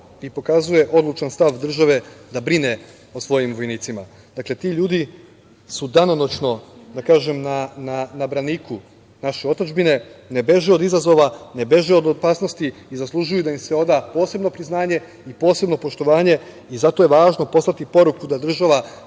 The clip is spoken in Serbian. i pokazuje odlučan stav države da brine o svojim vojnicima. Dakle, ti ljudi su danonoćno na braniku naše otadžbine, ne beže od izazova, ne beže od opasnosti i zaslužuju da im se oda posebno priznanje i posebno poštovanje i zato je važno poslati poruku da država